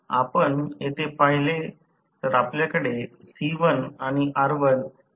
आपण येथे पाहिले तर आपल्याकडे C1 आणि R1 हे पॅरलल आहेत